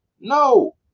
no